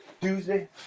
tuesday